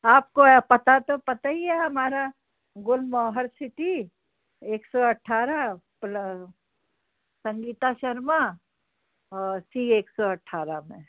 आपको पता तो पता ही है हमारा गुलमोहर सिटी एक सौ अठारह संगीता शर्मा सी एक सौ अठारह